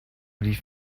leave